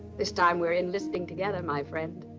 this time we're in this thing together, my friend.